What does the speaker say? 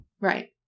Right